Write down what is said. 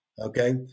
okay